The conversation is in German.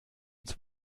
ins